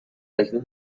اکنون